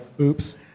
Oops